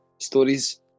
stories